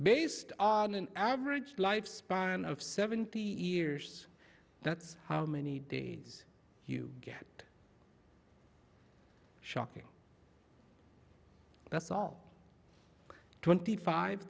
based on an average lifespan of seventy years that's how many days you get shocking that's all twenty five